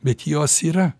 bet jos yra